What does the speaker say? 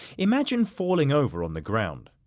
imagine falling over on the ground,